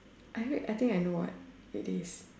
I heard think I know what it is